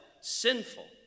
sinful